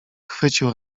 chwycił